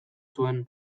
zuen